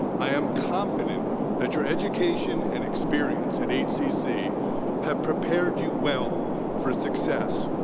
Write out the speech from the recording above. i am confident that your education and experience at hcc have prepared you well for success,